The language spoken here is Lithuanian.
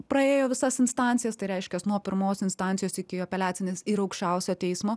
praėjo visas instancijas tai reiškias nuo pirmos instancijos iki apeliacinės ir aukščiausiojo teismo